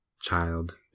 Child